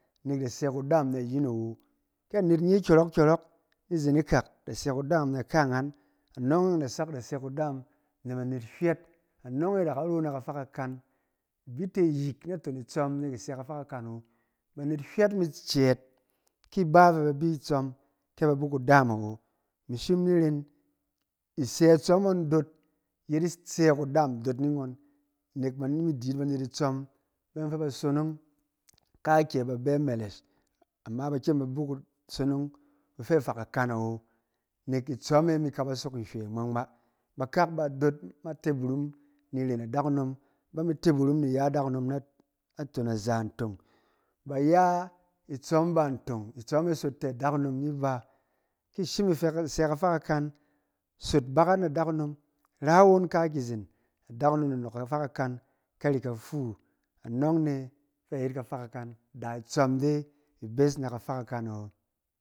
Nek ida se kufaam na ayin awo. Kɛ anet nye kyɔrɔk-kyɔrɔk, ni izen ikak ida se kudaam n aka nghan, anɔng e da sak ida se kudaam na banet bust, anɔng e da ro na kafa kakan ibi te yik naton itsom nek ise kafa kakan awo. Banet hnɛt mi cɛɛt, ki iba fɛ babi itsɔm ni ren isɛ itsɔm ngɔn doot yet isɛ kudaam doot ni ngɔn, nek ba imi di yit itsɔm bayɔng fɛ ba sonong, ka kyɛ ba bɛ mɛlɛsh a ba kyem ba bi kusonong kufɛ fa kakan awo nek itsɔɛɛm mi kaba sok nhwɛ mgma-mgma, ba kak ba dood mite burum ni iren adakunom bami te burum ni iya adakunom na, na ton aza ntong. Ba ya itsɔm ban tong itsɔm sot kɛ adakunom nib a, ki ishim isɛ kafa kakan sot bakat na adakunom, ra roon aki izen adakunom ada nɔɔk kfafa kakan kari kafau. Anɔng ne fe ayet kafa kakan. Da itsɔm de ibes na kafa kakan awo.